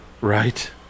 Right